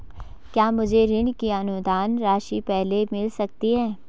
क्या मुझे ऋण की अनुदान राशि पहले मिल सकती है?